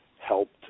helped